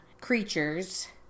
creatures